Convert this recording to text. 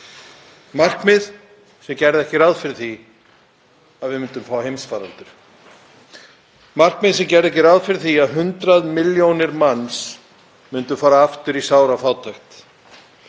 markmið sem gerðu ekki ráð fyrir því að við myndum fá heimsfaraldur, markmið sem gerðu ekki ráð fyrir því að 100 milljónir manna myndu fara aftur í sárafátækt,